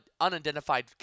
unidentified